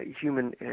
human